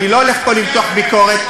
אני לא הולך למתוח פה ביקורת,